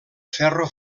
ferro